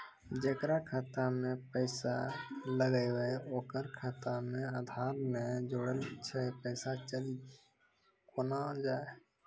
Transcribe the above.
जेकरा खाता मैं पैसा लगेबे ओकर खाता मे आधार ने जोड़लऽ छै पैसा चल कोना जाए?